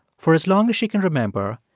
for as long as she can remember,